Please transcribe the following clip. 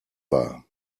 war